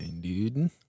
dude